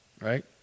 right